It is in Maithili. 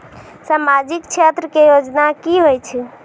समाजिक क्षेत्र के योजना की होय छै?